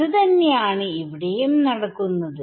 അത് തന്നെയാണ് ഇവിടെയും നടക്കുന്നത്